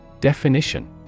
Definition